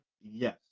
Yes